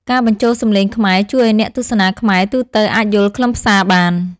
ការបញ្ចូលសំឡេងខ្មែរជួយឱ្យអ្នកទស្សនាខ្មែរទូទៅអាចយល់ខ្លឹមសារបាន។